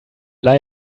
lie